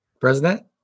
President